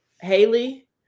Haley